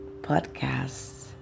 podcasts